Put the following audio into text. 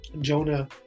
Jonah